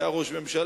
שהיה ראש ממשלה,